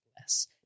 less